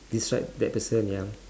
describe that person ya